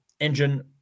Engine